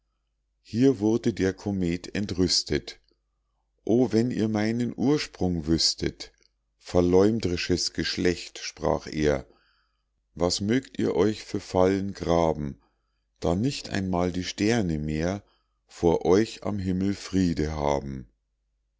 hier wurde der comet entrüstet o wenn ihr meinen ursprung wüßtet verleumdrisches geschlecht sprach er was mögt ihr euch für fallen graben da nicht einmal die sterne mehr vor euch am himmel friede haben